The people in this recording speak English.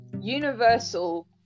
universal